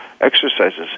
exercises